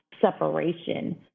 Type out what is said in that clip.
separation